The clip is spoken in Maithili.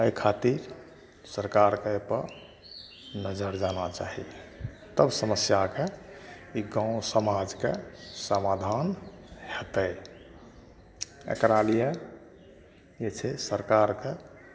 एहि खातिर सरकारके एहि पर नजर जाना चाही तब समस्याके ई गाँव समाजके समाधान हेतै एकरा लियए जे छै सरकारके